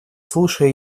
слушая